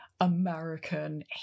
American